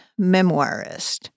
memoirist